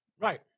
Right